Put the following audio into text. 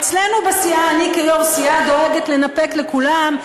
אצלנו בסיעה אני כיו"ר סיעה דואגת לנפק לכולם,